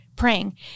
praying